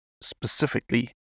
specifically